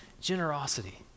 generosity